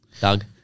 Doug